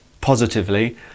positively